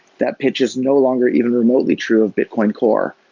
that pitch is no longer even remotely true of bitcoin core.